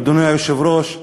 אדוני היושב-ראש,